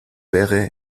wäre